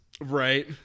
Right